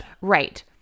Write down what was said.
Right